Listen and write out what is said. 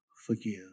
forgive